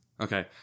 Okay